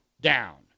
down